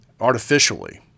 artificially